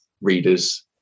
readers